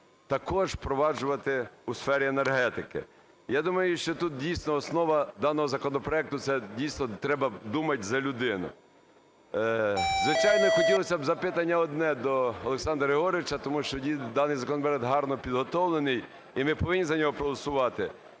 також впроваджувати у сфері енергетики. Я думаю, що тут, дійсно, основа даного законопроекту це, дійсно, треба думати за людину. Звичайно, хотілося б запитання одне до Олександра Григоровича, тому що даний законопроект гарно підготовлений, і ми повинні за нього проголосувати: